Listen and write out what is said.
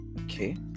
Okay